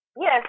Yes